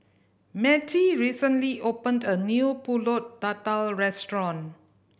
Mattie recently opened a new Pulut Tatal restaurant